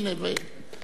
הנה, ראי, סידרנו.